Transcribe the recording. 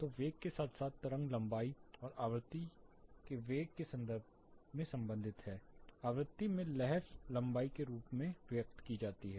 तो वेग के साथ साथ तरंग लंबाई और आवृत्ति वे वेग के संदर्भ में संबंधित हैं आवृत्ति में लहर लंबाई के रूप में व्यक्त की जाती है